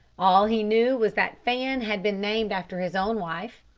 all he knew was that fan had been named after his own wife.